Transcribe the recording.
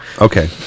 Okay